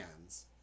hands